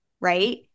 right